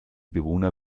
bewohner